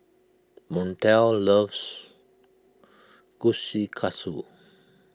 Montel loves Kushikatsu